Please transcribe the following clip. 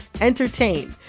entertain